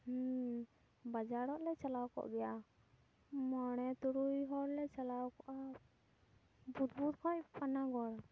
ᱵᱟᱡᱟᱨᱚᱜ ᱞᱮ ᱪᱟᱞᱟᱣ ᱠᱚᱜ ᱜᱮᱭᱟ ᱢᱚᱬᱮ ᱛᱩᱨᱩᱭ ᱦᱚᱲ ᱞᱮ ᱪᱟᱞᱟᱣ ᱠᱚᱜᱼᱟ ᱵᱩᱫᱽᱵᱩᱫᱽ ᱠᱷᱚᱱ ᱯᱟᱱᱟᱜᱚᱲ